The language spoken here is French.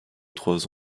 trois